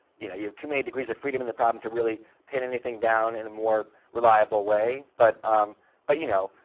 you know you have too many degrees of freedom in the problem to really pin anything down in a more reliable way. but um but you know,